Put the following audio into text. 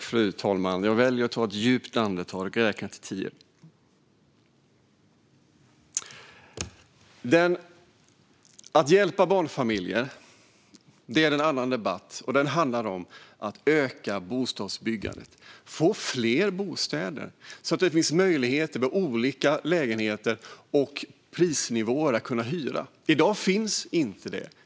Fru talman! Jag väljer att ta ett djupt andetag och räkna till tio. Att hjälpa barnfamiljer är en annan debatt. Den handlar om att öka bostadsbyggandet och få fler bostäder, så att det finns möjlighet att hyra lägenheter med olika prisnivåer. I dag finns inte det.